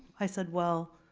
i said well,